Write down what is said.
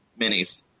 minis